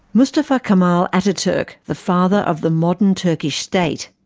mustafa kemal ataturk, the father of the modern turkish state.